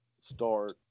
start